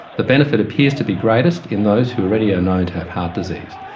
the benefit appears to be greatest in those who already are known to have heart disease.